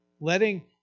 Letting